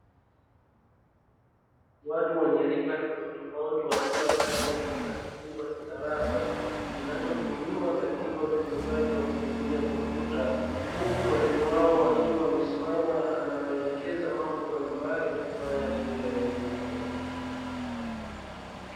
Watu waalika tofauti tofauti wakiwa ndani ya chumba kikubwa cha darasa, kinachotumiwa katika ufundishaji wa kompyuta, huku mwalimu wao amesimama anawaelekeza mambo mbalimbali ya kufanya juu ya elimu hiyo.